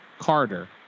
carter